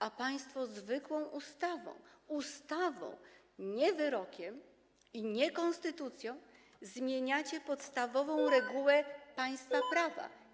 A państwo zwykłą ustawą, ustawą, nie wyrokiem, i nie w konstytucji, zmieniacie podstawową regułę państwa prawa.